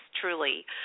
truly